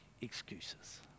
excuses